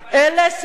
אלה סדרי